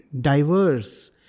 diverse